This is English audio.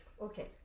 Okay